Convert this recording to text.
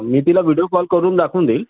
मी तिला video call करून दाखून देईल